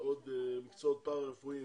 ועוד מקצועות פרא-רפואיים,